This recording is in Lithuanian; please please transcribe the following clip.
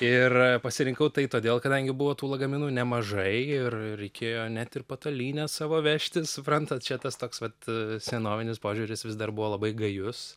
ir pasirinkau tai todėl kadangi buvo tų lagaminų nemažai ir reikėjo net ir patalynę savo vežtis suprantat čia tas toks pat senovinis požiūris vis dar buvo labai gajus